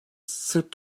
sırp